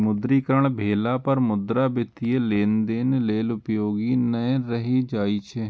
विमुद्रीकरण भेला पर मुद्रा वित्तीय लेनदेन लेल उपयोगी नै रहि जाइ छै